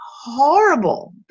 horrible